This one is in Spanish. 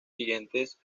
siguientes